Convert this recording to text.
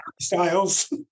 Styles